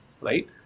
right